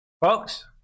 Folks